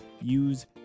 use